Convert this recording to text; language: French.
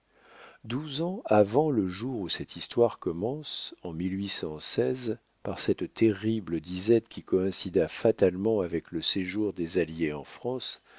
douze ans avant le jour où cette histoire commence en par cette terrible disette qui coïncida fatalement avec le séjour des alliés en france